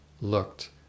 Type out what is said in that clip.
looked